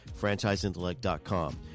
FranchiseIntellect.com